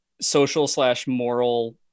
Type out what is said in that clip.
social-slash-moral